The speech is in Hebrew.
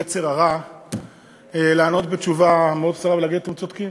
יצר הרע לענות תשובה מאוד קצרה ולהגיד: אתם צודקים,